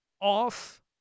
off